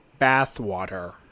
bathwater